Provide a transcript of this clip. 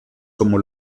como